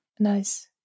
Nice